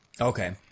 Okay